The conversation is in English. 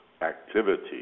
activity